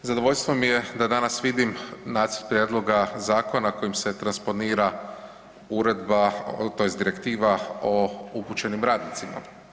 Zadovoljstvo mi je da danas vidim Nacrt prijedloga zakona kojim se transponira Direktiva o upućenim radnicima.